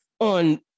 on